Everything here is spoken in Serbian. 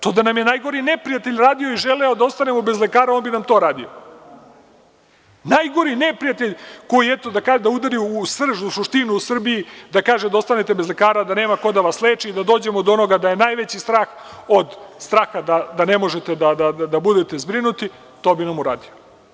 To da nam je najgori neprijatelj radio i želeo da ostanemo bez lekara, on bi nam to radio, najgori neprijatelj koji eto, da udari u srž, u suštinu u Srbiji, da kaže da ostanete bez lekara, da nema ko da vas leči, da dođemo do onoga da je najveći strah od straha da ne možete da budete zbrinuti, to bi vam uradio.